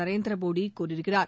நரேந்திரமோடிகூறியிருக்கிறார்